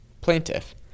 plaintiff